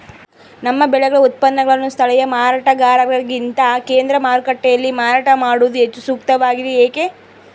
ನಮ್ಮ ಬೆಳೆಗಳ ಉತ್ಪನ್ನಗಳನ್ನು ಸ್ಥಳೇಯ ಮಾರಾಟಗಾರರಿಗಿಂತ ಕೇಂದ್ರ ಮಾರುಕಟ್ಟೆಯಲ್ಲಿ ಮಾರಾಟ ಮಾಡುವುದು ಹೆಚ್ಚು ಸೂಕ್ತವಾಗಿದೆ, ಏಕೆ?